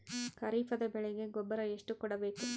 ಖರೀಪದ ಬೆಳೆಗೆ ಗೊಬ್ಬರ ಎಷ್ಟು ಕೂಡಬೇಕು?